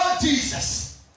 Jesus